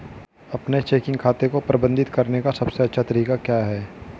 अपने चेकिंग खाते को प्रबंधित करने का सबसे अच्छा तरीका क्या है?